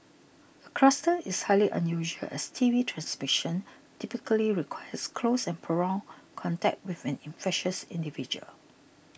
the cluster is highly unusual as T B transmission typically requires close and prolonged contact with an infectious individual